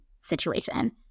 situation